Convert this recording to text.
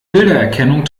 bilderkennung